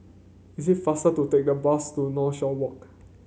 is it faster to take the bus to Northshore Walk